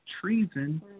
treason